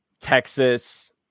Texas